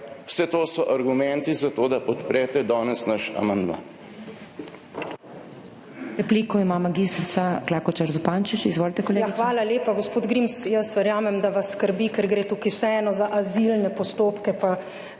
Vse to so argumenti za to, da podprete danes naš amandma.